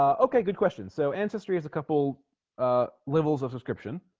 um okay good questions so ancestry has a couple ah levels of subscription